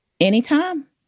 Anytime